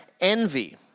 envy